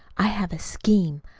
i have a scheme,